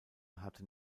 hatte